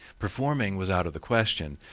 performing was out of the question,